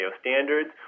standards